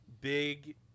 big